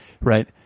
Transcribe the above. Right